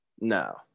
No